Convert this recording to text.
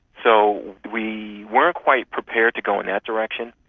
so we weren't quite prepared to go in that direction.